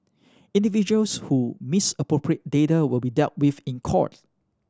individuals who misappropriate data will be dealt with in court